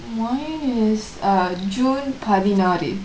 mine is err june பதினாறு:pathinaaru